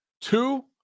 two